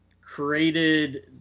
created